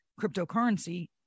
cryptocurrency